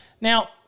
Now